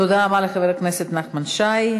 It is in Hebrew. תודה רבה לחבר הכנסת נחמן שי.